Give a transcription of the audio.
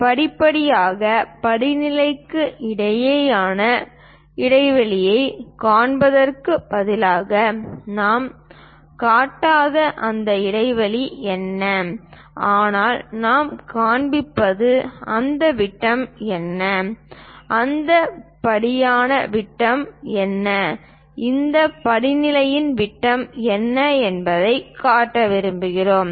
படிப்படியாக படிநிலைக்கு இடையிலான இடைவெளியைக் காண்பிப்பதற்குப் பதிலாக நாம் காட்டாத அந்த இடைவெளி என்ன ஆனால் நாம் காண்பிப்பது அந்த விட்டம் என்ன அந்த படிக்கான விட்டம் என்ன அந்த படிநிலைக்கான விட்டம் என்ன என்பதைக் காட்ட விரும்புகிறோம்